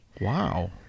wow